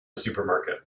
supermarket